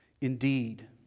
Indeed